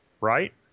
Right